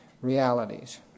realities